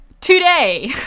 today